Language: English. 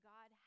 God